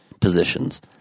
positions